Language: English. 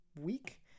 Week